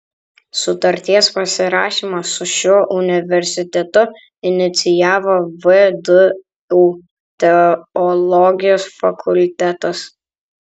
sutarties pasirašymą su šiuo universitetu inicijavo vdu teologijos fakultetas